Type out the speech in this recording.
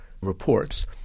reports